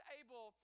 able